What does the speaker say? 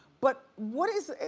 but what is,